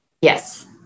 Yes